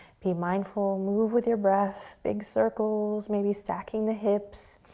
be mindful, move with your breath. big circles, maybe stacking the hips.